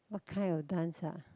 what kind of dance ah